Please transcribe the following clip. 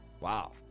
wow